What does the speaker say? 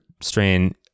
strain